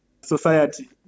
society